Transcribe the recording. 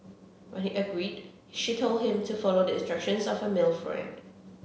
when he agreed she told him to follow the instructions of a male friend